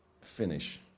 finish